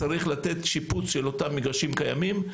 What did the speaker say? צריך לתת שיפוץ לאותם מגרשים קיימים.